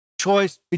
choice